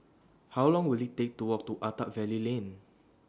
How Long Will IT Take to Walk to Attap Valley Lane